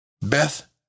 Beth